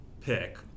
pick